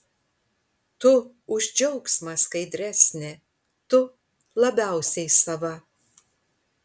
tu už džiaugsmą skaidresnė tu labiausiai sava